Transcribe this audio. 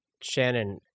Shannon